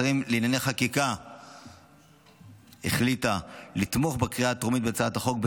ועדת השרים לענייני חקיקה החליטה לתמוך בקריאה הטרומית בהצעת החוק,